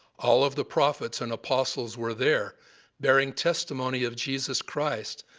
all of the prophets and apostles were there bearing testimony of jesus christ,